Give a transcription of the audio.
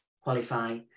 qualify